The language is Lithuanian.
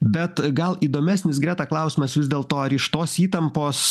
bet gal įdomesnis greta klausimas vis dėlto ar iš tos įtampos